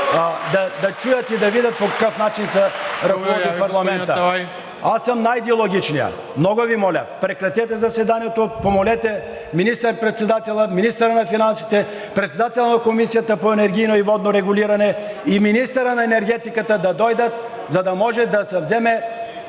Ви, господин Аталай. РАМАДАН АТАЛАЙ: Аз съм най-диалогичният! Много Ви моля, прекратете заседанието, помолете министър председателя, министъра на финансите, председателя на Комисията по енергийно и водно регулиране и министъра на енергетиката да дойдат, за да може да се вземе